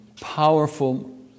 powerful